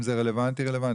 אם זה רלוונטי, זה רלוונטי.